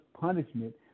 punishment